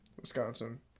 Wisconsin